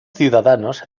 ciudadanos